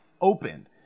opened